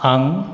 आं